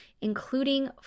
including